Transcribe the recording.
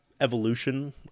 evolution